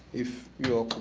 if you ah